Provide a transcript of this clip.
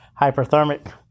hyperthermic